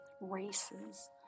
races